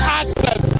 access